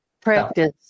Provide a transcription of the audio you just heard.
practice